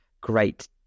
great